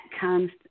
comes